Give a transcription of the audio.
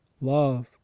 love